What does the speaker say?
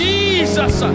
Jesus